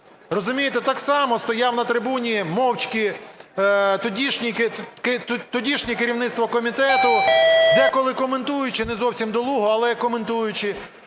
Розумієте, так само стояв на трибуні мовчки тодішнє керівництво комітету, деколи коментуючи, не зовсім долуго, але коментуючи.